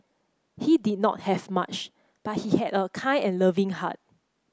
he did not have much but he had a kind and loving heart